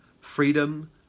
freedom